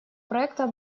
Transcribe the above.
проекта